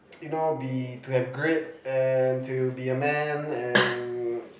you know be to have grit and to be a man and